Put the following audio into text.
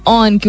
on